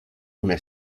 una